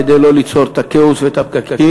כדי לא ליצור את הכאוס ואת הפקקים.